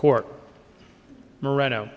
court marino